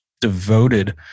devoted